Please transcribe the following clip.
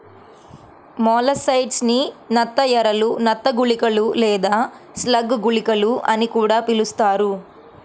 molluscicides ని నత్త ఎరలు, నత్త గుళికలు లేదా స్లగ్ గుళికలు అని కూడా పిలుస్తారు